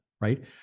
right